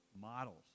models